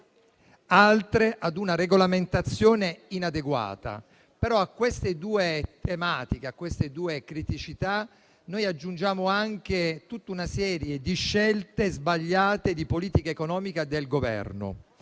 altre ad una regolamentazione inadeguata. A queste due tematiche, a queste due criticità, noi aggiungiamo anche tutta una serie di scelte sbagliate di politica economica del Governo.